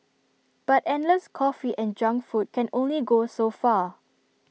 but endless coffee and junk food can only go so far